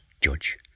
judge